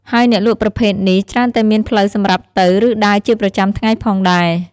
ហើយអ្នកលក់ប្រភេទនេះ ច្រើនតែមានផ្លូវសម្រាប់ទៅ ឬដើរជាប្រចាំថ្ងៃផងដែរ។